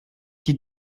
die